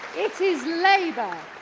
it is labour,